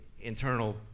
internal